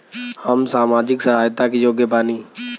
हम सामाजिक सहायता के योग्य बानी?